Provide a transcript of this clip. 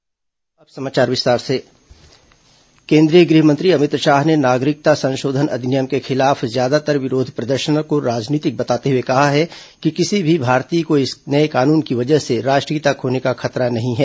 अब समाचार विस्तार से नागरिकता संशोधन अधिनियम केंद्रीय गृह मंत्री अमित शाह ने नागरिकता संशोधन अधिनियम के खिलाफ ज्यादातर विरोध प्रदर्शनों को राजनीतिक बताते हुए कहा है कि किसी भी भारतीय को इस नए कानून की वजह से राष्ट्रीयता खोने का खतरा नहीं है